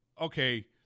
okay